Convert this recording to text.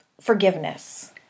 forgiveness